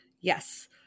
yes